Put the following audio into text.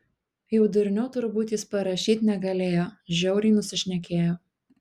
jau durniau turbūt jis parašyt negalėjo žiauriai nusišnekėjo